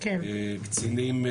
קצינים,